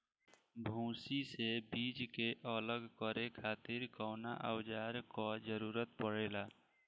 भूसी से बीज के अलग करे खातिर कउना औजार क जरूरत पड़ेला?